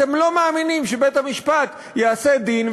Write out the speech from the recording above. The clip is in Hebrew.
אתם לא מאמינים שבית-המשפט יעשה דין,